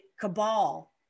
cabal